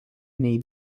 nei